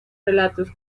relatos